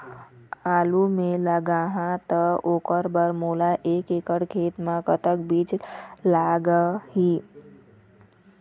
आलू मे लगाहा त ओकर बर मोला एक एकड़ खेत मे कतक बीज लाग ही?